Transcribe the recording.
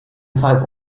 five